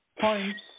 points